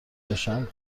باشم